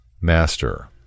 Master